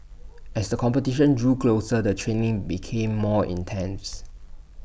as the competition drew closer the training became more intense